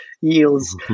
yields